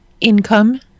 income